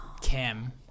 Kim